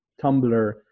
tumblr